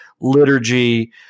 liturgy